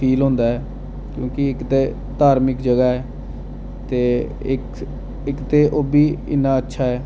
feel होंदा क्योंकि इक ते धार्मिक जगह् ऐ ते इक इक ते ओह् बी इन्ना अच्छा ऐ